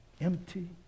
empty